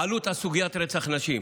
בעלות על סוגיית רצח נשים,